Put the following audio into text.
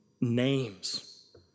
names